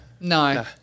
No